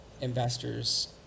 investors